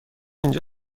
اینجا